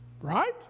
Right